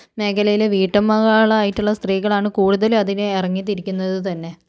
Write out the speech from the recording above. മേഖലയില് വീട്ടമ്മകളായിട്ടുള്ള സ്ത്രീകളാണ് കൂടുതലും അതിന് ഇറങ്ങി തിരിക്കുന്നത് തന്നെ